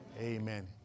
amen